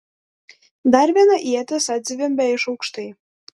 dar viena ietis atzvimbė iš aukštai